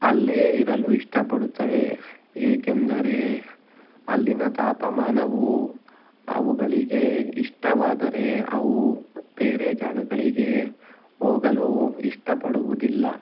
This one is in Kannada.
ಅಲ್ಲೇ ಇರಲು ಇಷ್ಟಪಡುತ್ತವೆ ಏಕೆಂದರೆ ಅಲ್ಲಿನ ತಾಪಮಾನವು ಅವುಗಳಿಗೆ ಇಷ್ಟವಾದರೆ ಅವು ಬೇರೆ ಜಾಗಗಳಿಗೆ ಹೋಗಲು ಇಷ್ಟಪಡುವುದಿಲ್ಲ